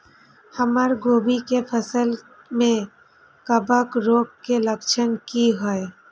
हमर कोबी के फसल में कवक रोग के लक्षण की हय?